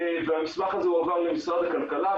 והמסמך הזה הועבר למשרד הכלכלה,